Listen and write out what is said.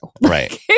Right